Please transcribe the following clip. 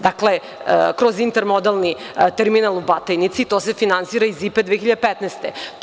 Dakle, kroz intermodelni terminal u Batajnici to se finansira iz IPE 2015. godine.